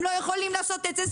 הם לא יכולים לעשות את זה,